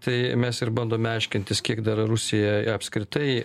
tai mes ir bandome aiškintis kiek dar rusija apskritai